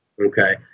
Okay